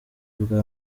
bwa